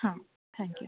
हां थँक्यू